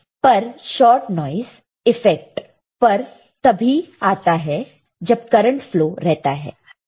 पर shot noise effect पर तभी आता है जब करंट फ्लो रहता है